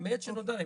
מעת שנודע.